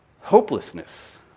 hopelessness